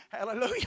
hallelujah